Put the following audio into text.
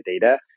data